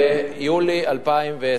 ביולי 2010